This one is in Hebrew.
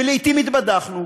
ולעתים התבדחנו,